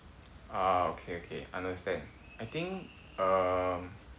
ah okay okay understand I think err